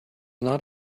not